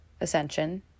ascension